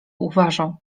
uważał